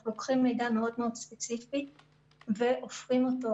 אנחנו לוקחים מידע מאוד מאוד ספציפי והופכים אותו,